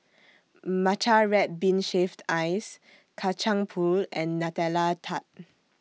Matcha Red Bean Shaved Ice Kacang Pool and Nutella Tart